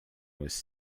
was